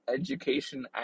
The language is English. education